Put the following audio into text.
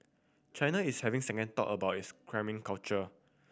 China is having second thought about its cramming culture